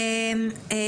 חברות הכנסת אמילי וקטי,